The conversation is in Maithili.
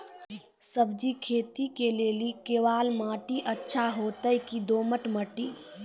सब्जी खेती के लेली केवाल माटी अच्छा होते की दोमट माटी?